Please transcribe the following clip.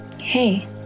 Hey